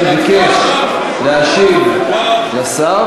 ביקש להשיב לשר,